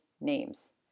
names